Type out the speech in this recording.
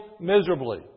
miserably